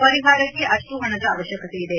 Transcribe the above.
ಪರಿಹಾರಕ್ಕೆ ಅಷ್ಲೂ ಹಣದ ಅವಶ್ಯಕತೆ ಇದೆ